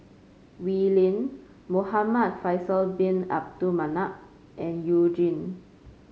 Wee Lin Muhamad Faisal Bin Abdul Manap and You Jin